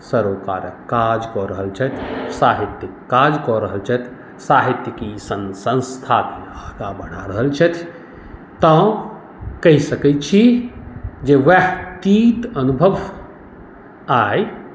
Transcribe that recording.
सरोकारक काज कऽ रहल छथि साहित्यिक काज कऽ रहल छथि साहित्यिकी सन संस्था बढ़ा रहल छथि तऽ कहि सकैत छी जे उएह तीत अनुभव आइ